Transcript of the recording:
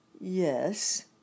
Yes